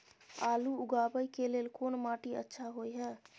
आलू उगाबै के लेल कोन माटी अच्छा होय है?